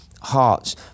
hearts